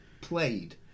played